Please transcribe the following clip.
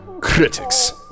Critics